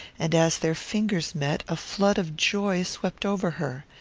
and as their fingers met a flood of joy swept over her.